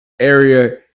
area